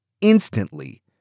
instantly